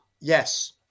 Yes